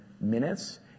minutes